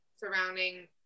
surrounding